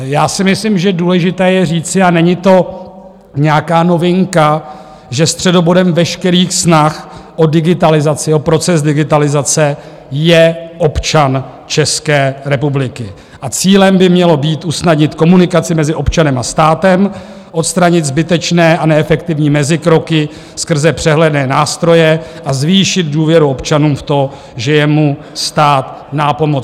Já si myslím, že důležité je říci, a není to nějaká novinka, že středobodem veškerých snah o digitalizaci, o proces digitalizace, je občan České republiky a cílem by mělo být usnadnit komunikaci mezi občanem a státem, odstranit zbytečné a neefektivní mezikroky skrze přehledné nástroje a zvýšit důvěru občanům v to, že je mu stát nápomocný.